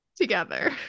together